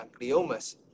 gliomas